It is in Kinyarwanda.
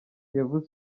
kiyovu